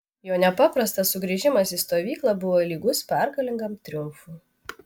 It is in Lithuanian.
jo nepaprastas sugrįžimas į stovyklą buvo lygus pergalingam triumfui